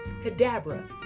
CADABRA